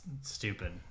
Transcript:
stupid